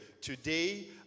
today